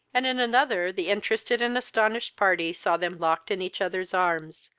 and in another the interested and astonished party saw them locked in each other's arms,